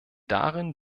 darin